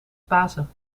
pasen